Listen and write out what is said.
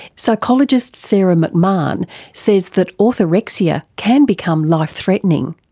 psychologist sarah mcmahon says that orthorexia can become life threatening,